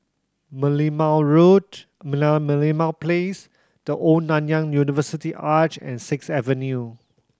Merlimau Road Merlimau Place The Old Nanyang University Arch and Sixth Avenue